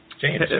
James